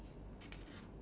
something